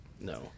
no